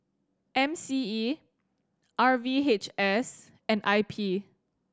M C E R V H S and I P